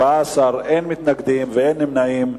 בעד, 14, אין מתנגדים ואין נמנעים.